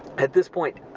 at this point,